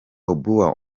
obua